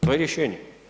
To je rješenje.